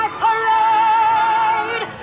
parade